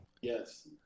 Yes